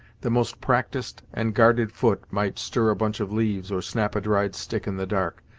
the most practised and guarded foot might stir a bunch of leaves, or snap a dried stick in the dark,